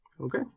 Okay